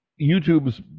YouTube's